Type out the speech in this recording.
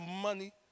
money